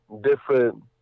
different